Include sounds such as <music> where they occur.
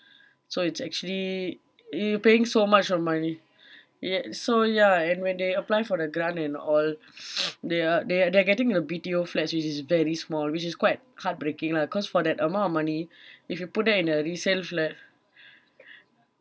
so it's actually you paying so much of money yet so ya and when they apply for the grant and all <noise> they are they are they're getting a B_T_O flat which is very small which is quite heartbreaking lah cause for that amount of money <breath> if you put that in a resale flat <breath>